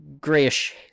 grayish